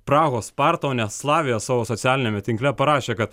prahos sparta o ne slavija savo socialiniame tinkle parašė kad